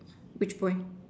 which boy